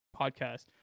podcast